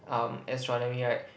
um astronomy right